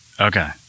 okay